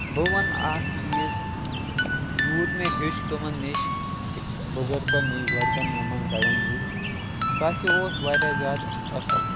بہٕ وَنہٕ اَکھ چیٖز یوٗت مےٚ ہیٚچھ تِمَن نِش دِ بُزرگن نِش گَرِکٮ۪ن یِمَن بَڑٮ۪ن نِش سُہ ہاسے اوس واریاہ زیادٕ اَصٕل